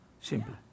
Simple